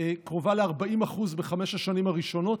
קרובה ל-40% בחמש השנים הראשונות,